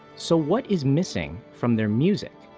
so what is missing from their music?